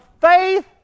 faith